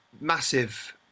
massive